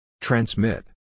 Transmit